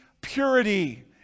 purity